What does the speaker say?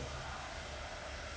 ya they're doing well lah